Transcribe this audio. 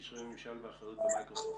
קשרי ממשל ואחריות במייקרוסופט.